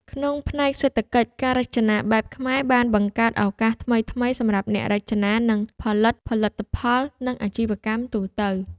ក្នុងផ្នែកសេដ្ឋកិច្ច ការរចនាបែបខ្មែរបានបង្កើតឱកាសថ្មីៗសម្រាប់អ្នករចនា អ្នកផលិតផលិតផល និងអាជីវកម្មទូទៅ។